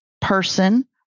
person